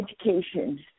education